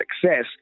success